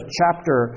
chapter